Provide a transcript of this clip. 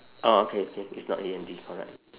orh okay okay it's not A N D correct